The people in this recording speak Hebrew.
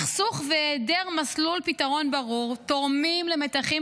הסכסוך והיעדר מסלול פתרון ברור תורמים למתחים